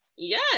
Yes